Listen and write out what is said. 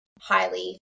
highly